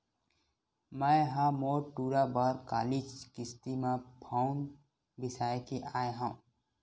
मैय ह मोर टूरा बर कालीच किस्ती म फउन बिसाय के आय हँव